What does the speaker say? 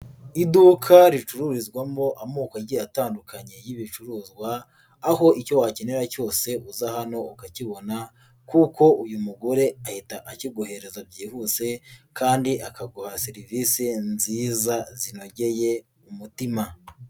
Iduka ricururizwamo amoko agiye atandukanye y'ibicuruzwa, aho icyo wakenera cyose uza hano ukakibona, kuko uyu mugore ahita akikohereza byihuse kandi akaguha serivisi nziza zinogeye umutima.